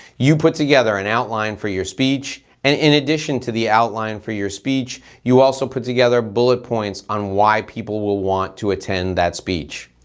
you put together an outline for your speech and in addition to the outline for your speech, you also put together bullet points on why people will want to attend that speech.